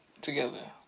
together